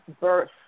birth